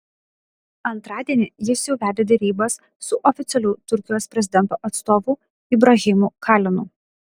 antradienį jis jau vedė derybas su oficialiu turkijos prezidento atstovu ibrahimu kalinu